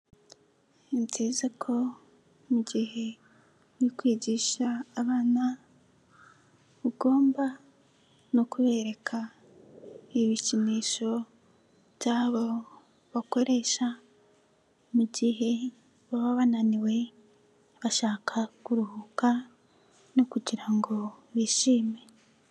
Ni byiza ko mugihe uri kwigisha abana, ugomba no kubereka ibikinisho byabo bakoresha, mugihe baba bananiwe, bashaka kuruhuka no kugira ngo bishime.